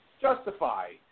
justify